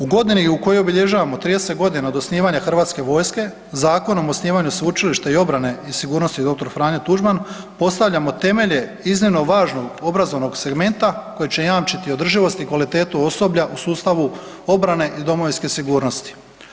U godini u kojoj obilježavamo 30 godina od osnivanja hrvatske vojske Zakonom o osnivanju Sveučilišta i obrane i sigurnosti Dr. Franjo Tuđman postavljamo temelje iznimno važnog obrazovnog segmenta koji će jamčiti održivost i kvalitetu osoblja u sustavu obrane i domovinske sigurnosti.